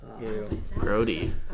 Grody